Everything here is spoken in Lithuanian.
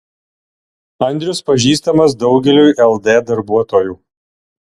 andrius pažįstamas daugeliui ld darbuotojų